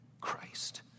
Christ